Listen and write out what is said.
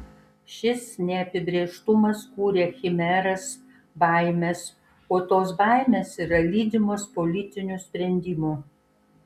šis neapibrėžtumas kuria chimeras baimes o tos baimės yra lydimos politinių sprendimų